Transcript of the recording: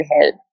help